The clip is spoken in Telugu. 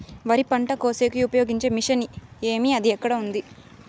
వరి పంట కోసేకి ఉపయోగించే మిషన్ ఏమి అది ఎక్కడ ఉంది?